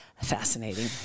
fascinating